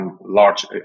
large